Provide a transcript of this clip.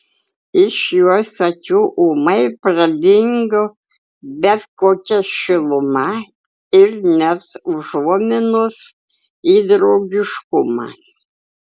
iš jos akių ūmai pradingo bet kokia šiluma ir net užuominos į draugiškumą